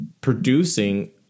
producing